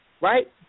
right